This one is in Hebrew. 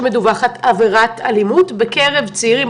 כשמדווחת עבירת אלימות בקרב צעירים,